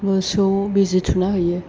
मोसौ बिजि थुना हैयो